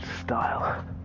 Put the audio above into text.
style